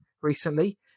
recently